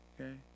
Okay